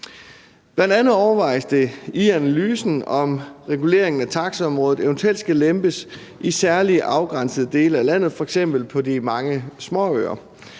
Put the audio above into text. Bl.a. overvejes det i analysen, om reguleringen af taxaområdet eventuelt skal lempes i særlige, afgrænsede dele af landet, f.eks. på de mange småøer.